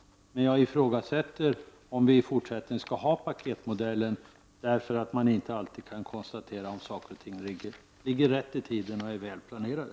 Men jag ifrågasätter om man skall ha paketmodellen. Då kan man nämligen inte alltid konstatera om insatser kommer rätt i tiden och är väl planerade.